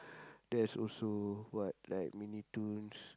there's also what like Mini-Toons